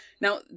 Now